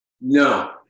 No